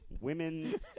Women